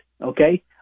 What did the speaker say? Okay